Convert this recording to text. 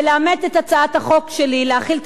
ולאמץ את הצעת החוק שלי ולהחיל את